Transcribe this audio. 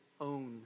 own